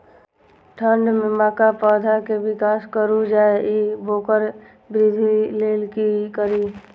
ठंढ में मक्का पौधा के विकास रूक जाय इ वोकर वृद्धि लेल कि करी?